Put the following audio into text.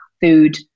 food